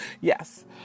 Yes